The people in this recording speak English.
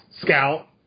Scout